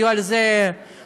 היו על זה מחשבות.